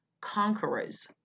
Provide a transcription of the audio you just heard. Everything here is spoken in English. conquerors